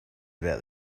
about